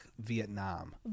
Vietnam